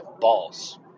balls